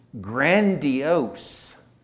grandiose